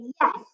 yes